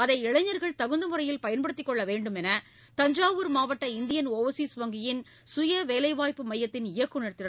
அதை இளைஞர்கள் தகுந்த முறையில் பயன்படுத்திக் கொள்ள வேண்டும் என் தஞ்சாவூர் மாவட்ட இந்தியன் ஒவர்சீஸ் வங்கியின் சுய வேலைவாய்ப்பு மையத்தின் இயக்குநர் திரு